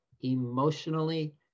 emotionally